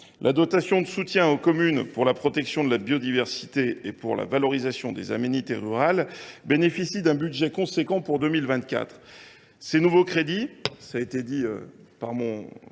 La dotation de soutien aux communes pour la protection de la biodiversité et pour la valorisation des aménités rurales bénéficie d’un budget conséquent pour 2024. Comme notre collègue Mathieu Darnaud